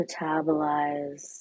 metabolize